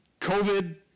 COVID